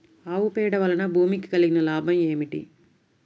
ఆవు పేడ వలన భూమికి కలిగిన లాభం ఏమిటి?